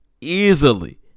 Easily